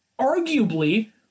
arguably